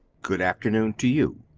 good afternoon to you,